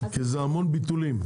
כי זה המון ביטולים.